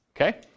Okay